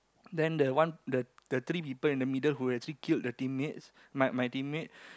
then the one the the three people in the middle who actually killed the teammate my teammate